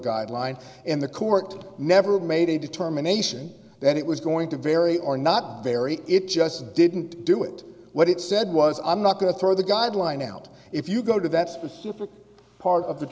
guideline and the court never made a determination that it was going to vary or not vary it just didn't do it what it said was i'm not going to throw the guideline out if you go to that specific part of the